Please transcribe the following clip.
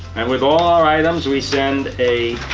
and with all our items we send a,